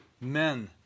men